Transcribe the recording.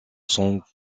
sans